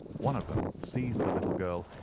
one of them seized the little girl,